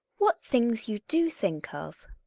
what things you do think of?